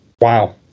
Wow